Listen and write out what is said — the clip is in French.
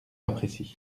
imprécis